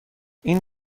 این